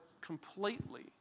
completely